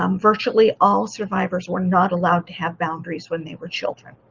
um virtually all survivors were not allowed to have boundaries when they were children.